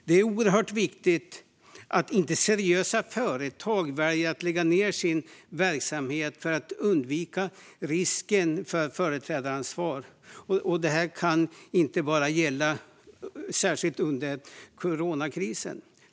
Det är oerhört viktigt att seriösa företag inte väljer att lägga ned sin verksamhet för att undvika risken för företrädaransvar, och detta kan inte bara gälla särskilt under coronakrisen.